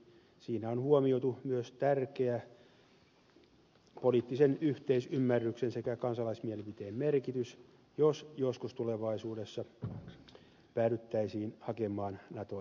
siinä on huomioitu myös tärkeä poliittisen yhteisymmärryksen sekä kansalaismielipiteen merkitys jos joskus tulevaisuudessa päädyttäisiin hakemaan nato